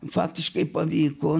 faktiškai pavyko